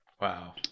Wow